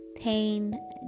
Pain